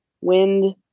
wind